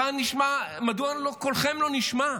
מדוע קולכם לא נשמע?